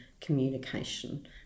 communication